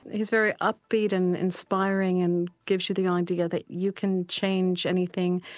he's very upbeat and inspiring and gives you the idea that you can change anything,